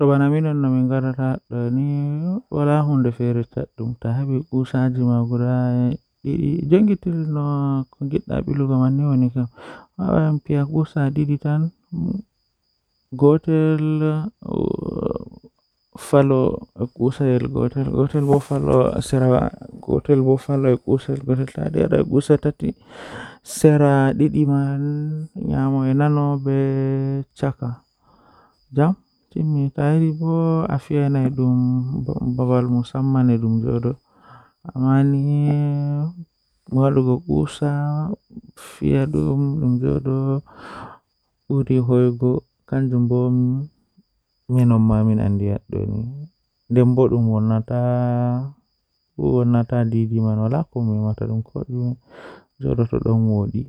Jokkondir toothbrush ngam sabu, miɗo waawi njiddude paste walla tooth paste. Njidi pastin e toothbrush ngal, hokkondir ñaawoore ngal ko joom. Waawataa njiddaade ndaarayde, njillataa daɗɗi sabu ñaawoore ngal heɓa njiddaade. Miɗo waawaa njiddaade be nder hawrde ngal ko njillataa moƴƴaare. Njiddere, hokka toothpaste he hawrde ngal sabu njiddaade baɗi ngal.